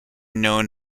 known